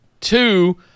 Two